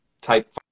type